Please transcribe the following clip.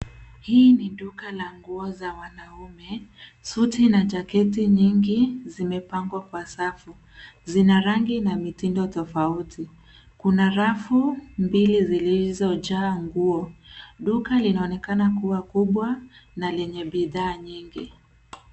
Hii ni duka la nguo za wanaume. Suti na jaketi nyingi zimepangwa kwa safu, zina rangi na mitindo tofauti. Kuna rafu mbili zilizojaa nguo. Duka linaonekana kubwa na lenye bidhaa nyingi.